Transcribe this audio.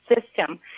system